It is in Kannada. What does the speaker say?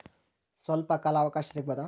ಸ್ವಲ್ಪ ಕಾಲ ಅವಕಾಶ ಸಿಗಬಹುದಾ?